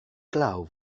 glaw